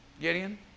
Gideon